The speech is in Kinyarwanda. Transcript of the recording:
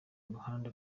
ruhande